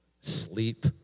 Sleep